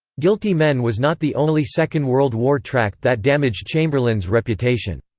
guilty men was not the only second world war tract that damaged chamberlain's reputation.